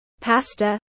pasta